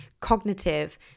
cognitive